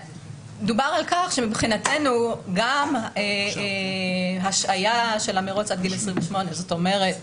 דובר על כך שמבחינתנו גם השהיה של המרוץ עד גיל 28 זאת אומרת,